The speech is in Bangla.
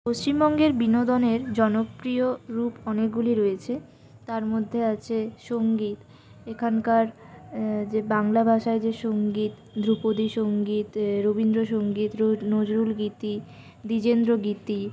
পশ্চিমবঙ্গের বিনোদনের জনপ্রিয় রূপ অনেকগুলি রয়েছে তার মধ্যে আছে সঙ্গীত এখানকার যে বাংলা ভাষার যে সঙ্গীত ধ্রুপদী সঙ্গীত রবীন্দ্রসঙ্গীত নজরুলগীতি দ্বিজেন্দ্রগীতি